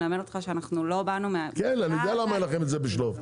מלמד אותך שאנחנו לא באנו --- אני יודע למה אין לכם את זה בשליפה,